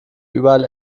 überall